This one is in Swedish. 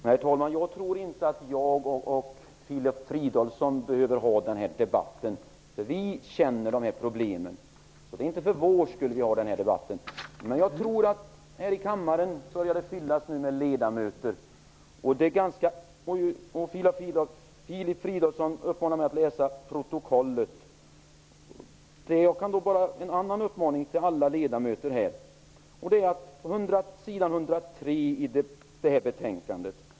Herr talman! Jag tror inte att jag och Filip Fridolfsson behöver ha den här debatten. Vi känner de här problemen. Det är inte för vår skull som vi har debatten. Kammaren börjar nu fyllas med ledamöter. Filip Fridolfsson uppmanar mig att läsa protokollet. Jag kan ge en annan uppmaning till alla ledamöter. Det är bara att läsa längst ner på s. 103 i detta betänkande.